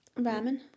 ramen